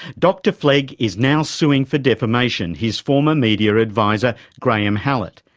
dr flegg is now suing for defamation his former media adviser graeme hallett.